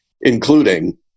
including